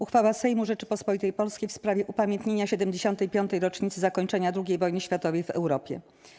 Uchwała Sejmu Rzeczypospolitej Polskiej w sprawie upamiętnienia 75. rocznicy zakończenia II wojny światowej w Europie.